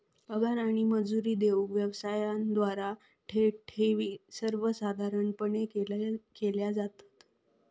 पगार आणि मजुरी देऊक व्यवसायांद्वारा थेट ठेवी सर्वसाधारणपणे केल्या जातत